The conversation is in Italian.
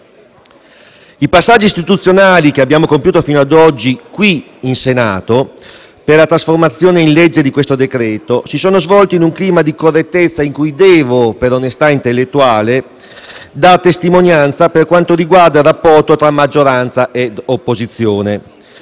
I passaggi istituzionali che abbiamo compiuto fino ad oggi qui in Senato per la conversione di questo decreto-legge si sono svolti in un clima di correttezza di cui, per onestà intellettuale, devo dare testimonianza per quanto riguarda il rapporto tra maggioranza e opposizione.